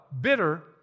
bitter